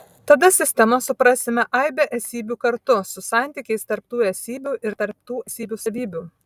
tada sistema suprasime aibę esybių kartu su santykiais tarp tų esybių ir tarp tų esybių savybių